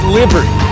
liberty